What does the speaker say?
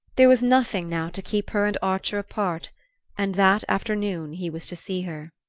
there was nothing now to keep her and archer apart and that afternoon he was to see her.